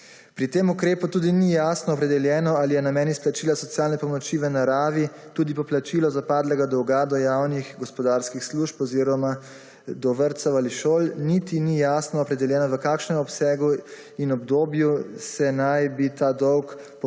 Pri tem ukrepu tudi ni jasno opredeljeno ali je namen izplačila socialne pomoči v naravi tudi poplačilo zapadlega dolga do javnih gospodarskih služb oziroma do vrtcev ali šol, niti ni jasno opredeljeno v kakšnem obsegu in obdobju se naj bi ta dolg